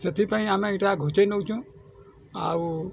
ସେଥିପାଇଁ ଆମେ ଇଟା ଘୁଞ୍ଚାଇ ନଉଛୁଁ ଆଉ